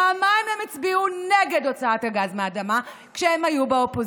פעמיים הם הצביעו נגד הוצאת הגז מהאדמה כשהם היו באופוזיציה.